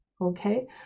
Okay